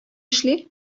эшли